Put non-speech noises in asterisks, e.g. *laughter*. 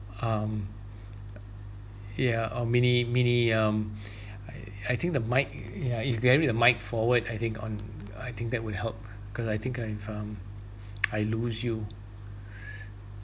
um yeah or mini mini um *breath* I I think the mic ya you carry the mic forward I think on I think that would help because I think I've um *noise* I lose you *breath*